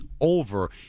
over